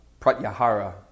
pratyahara